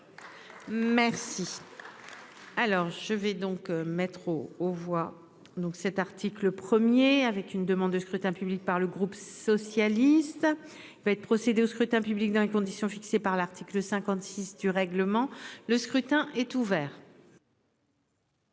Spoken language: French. Alors je vais donc mettre au au. Donc cet article 1er avec une demande de scrutin public par le groupe socialiste. Il va être procédé au scrutin public dans les conditions fixées par l'article 56 du règlement, le scrutin est ouvert.